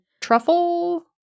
truffle